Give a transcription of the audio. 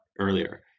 earlier